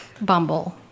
Bumble